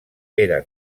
era